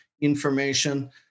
information